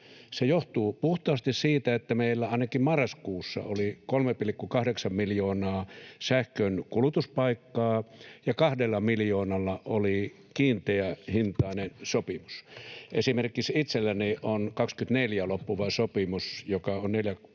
Se johtuu puhtaasti siitä, että meillä ainakin marraskuussa oli 3,8 miljoonaa sähkön kulutuspaikkaa ja kahdella miljoonalla oli kiinteähintainen sopimus. Esimerkiksi kun itselläni on vuonna 24 loppuva sopimus, joka on 4,26